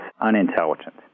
unintelligent